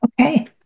Okay